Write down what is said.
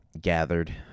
gathered